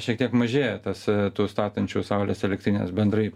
šiek tiek mažėja tas tų statančių saulės elektrines bendrai